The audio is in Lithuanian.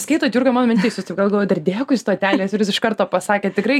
skaitot jurga mano mintis jūs taip gal galvojū dar dėkui stotelės ir jūs iš karto pasakėt tikrai